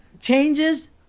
changes